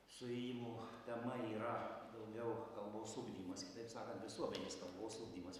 suėjimo tema yra daugiau kalbos ugdymas kitaip sakant visuomenės kalbos ugdymas